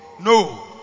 No